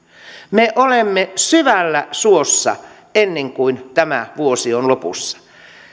me olemme syvällä suossa ennen kuin tämä vuosi on lopussa